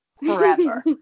forever